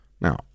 Now